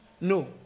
No